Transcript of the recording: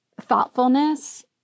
thoughtfulness